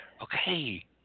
Okay